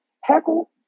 Heckle